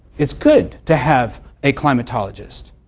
it's good to have a climatologist,